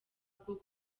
bwo